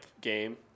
game